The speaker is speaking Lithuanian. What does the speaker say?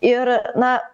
ir na